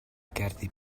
gerddi